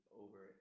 over